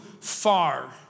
far